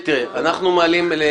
הם אמרו קודם.